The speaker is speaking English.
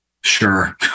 Sure